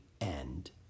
end